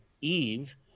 Eve